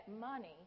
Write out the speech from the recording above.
money